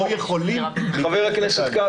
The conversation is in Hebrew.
חבר הכנסת כץ,